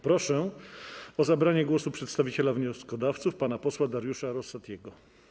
Proszę o zabranie głosu przedstawiciela wnioskodawców pana posła Dariusza Rosatiego.